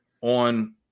on